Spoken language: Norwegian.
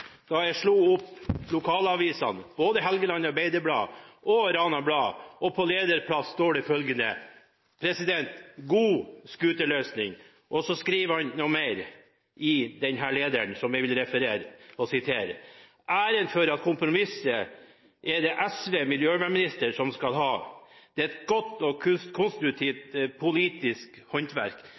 da jeg slo opp lokalavisene Helgeland Arbeiderblad og Rana Blad, og på lederplass sto det følgende: «God scooterløsning», og han skriver mer i lederen som jeg vil sitere: «Æren for kompromisset er det SVs miljøminister som skal ha. Det er et godt og konstruktivt politisk håndverk.